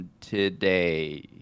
today